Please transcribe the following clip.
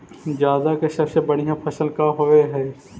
जादा के सबसे बढ़िया फसल का होवे हई?